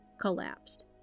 collapsed